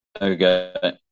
Okay